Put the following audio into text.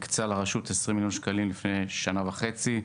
הקצה לרשות 20 מיליון שקלים לפני שנה וחצי,